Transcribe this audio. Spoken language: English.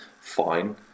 Fine